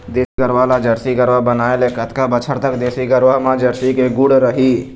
देसी गरवा ला जरसी गरवा बनाए ले कतका बछर तक देसी गरवा मा जरसी के गुण रही?